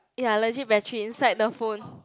ya legit battery inside the phone